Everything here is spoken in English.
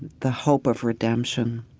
the hope of redemption